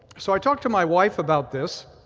so i talked to my wife about this,